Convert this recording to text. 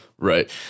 Right